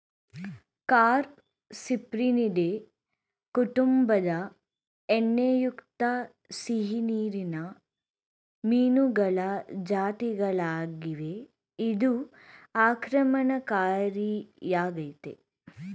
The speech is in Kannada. ಕಾರ್ಪ್ ಸಿಪ್ರಿನಿಡೆ ಕುಟುಂಬದ ಎಣ್ಣೆಯುಕ್ತ ಸಿಹಿನೀರಿನ ಮೀನುಗಳ ಜಾತಿಗಳಾಗಿವೆ ಇದು ಆಕ್ರಮಣಕಾರಿಯಾಗಯ್ತೆ